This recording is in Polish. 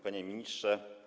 Panie Ministrze!